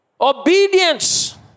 Obedience